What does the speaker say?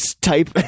type